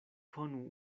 konu